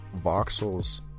voxels